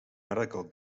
medical